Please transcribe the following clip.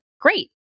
Great